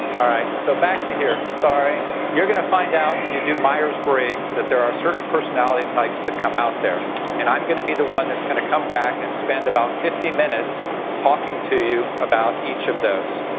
alright, so back to here. sorry, you're going to find out when you do myers-briggs that there are certain personality types that come out there and i'm going to be the one that's going to come back and spend about fifty minutes talking to you about each of those.